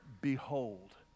behold